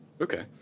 okay